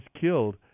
killed